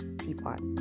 teapot